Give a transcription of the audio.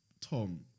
Tom